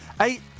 Eight